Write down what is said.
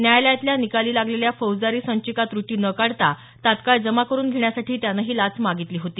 न्यायालयातल्या निकाली लागलेल्या फौजदारी संचिका त्रुटी न काढता तात्काळ जमा करून घेण्यासाठी त्यानं ही लाच मागितली होती